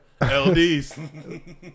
lds